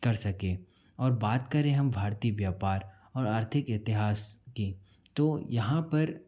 कर सके और बात करें हम भारतीय व्यापार और आर्थिक इतिहास की तो यहाँ पर